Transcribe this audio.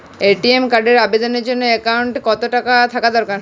ATM কার্ডের আবেদনের জন্য অ্যাকাউন্টে কতো টাকা থাকা দরকার?